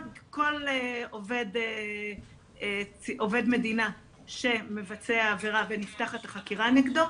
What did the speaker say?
כל עובד מדינה שמבצע עבירה ונפתחת החקירה נגדו,